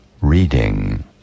reading